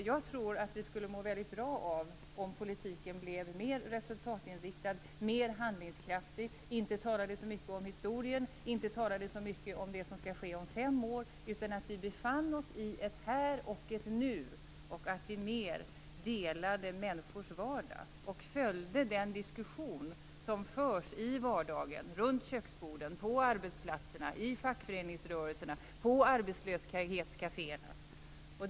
Jag tror att vi skulle må bra av att politiken blev mer resultatinriktad, mer handlingskraftig, att vi inte talade så mycket om historien, inte talade så mycket om det som skall ske om fem år, utan att vi befann oss i ett här och ett nu, mer delade människors vardag och följde den diskussion som förs i vardagen, runt köksborden, på arbetsplatserna, i fackföreningsrörelserna och på arbetslöshetskaféerna.